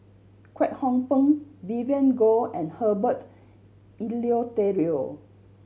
Kwek Hong Png Vivien Goh and Herbert Eleuterio